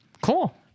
Cool